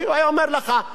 הוא היה אומר לך,